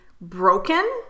broken